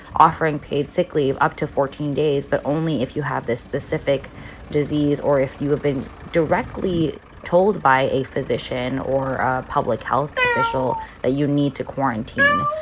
offering paid sick leave up to fourteen days, but only if you have this specific disease or if you have been directly told by a physician or a public health official that you need to quarantine.